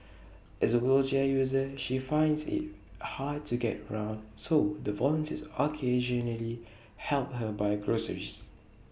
as A wheelchair user she finds IT hard to get around so the volunteers occasionally help her buy groceries